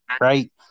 right